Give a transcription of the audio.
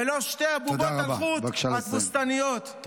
ולא שתי בובות תבוסתניות על חוט.